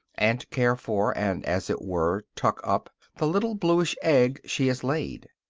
and to care for, and as it were tuck up, the little bluish egg she has laid.